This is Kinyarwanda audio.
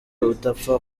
utapfa